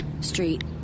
Street